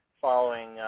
following